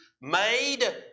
made